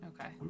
Okay